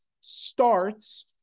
starts